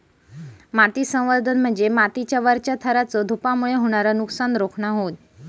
माती संवर्धन म्हणजे मातीच्या वरच्या थराचा धूपामुळे होणारा नुकसान रोखणा होय